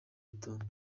gitondo